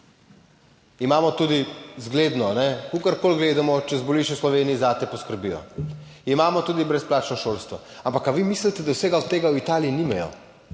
Imamo tudi zgledno, kakorkoli gledamo, če zboliš v Sloveniji, zate poskrbijo. Imamo tudi brezplačno šolstvo. Ampak ali vi mislite, da vsega tega v Italiji nimajo?